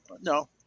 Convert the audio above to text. No